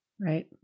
Right